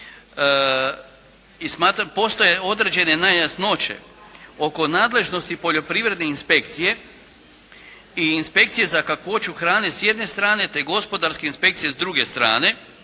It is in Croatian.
postoje određene nejasnoće oko nadležnosti poljoprivredne inspekcije i inspekcije za kakvoću hrane, te gospodarske inspekcije s druge strane